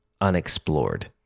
unexplored